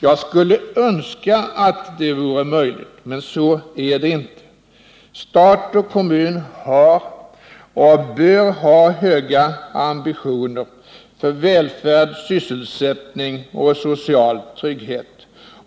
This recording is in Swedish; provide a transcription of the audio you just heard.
Jag skulle önska att det vore möjligt, men så är det inte. Stat och kommun har — och bör ha — höga ambitioner för välfärd, sysselsättning och social trygghet.